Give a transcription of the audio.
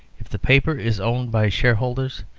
if the paper is owned by shareholders,